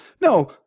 no